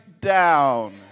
down